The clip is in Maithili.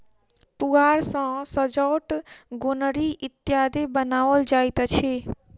पुआर सॅ सजौट, गोनरि इत्यादि बनाओल जाइत अछि